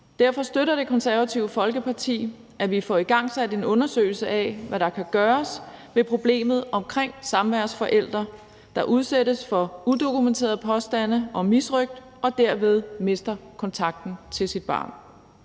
Derfor støtter Det Konservative Folkeparti, at vi får igangsat en undersøgelse af, hvad der kan gøres ved problemet omkring samværsforældre, der udsættes for udokumenterede påstande om misrøgt og derved mister kontakten til deres barn.